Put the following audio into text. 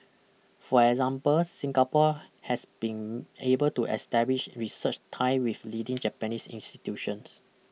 for example Singapore has been able to establish research tie with leading Japanese institutions